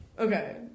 Okay